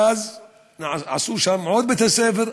מאז בנו שם עוד בית-ספר,